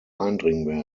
eindringen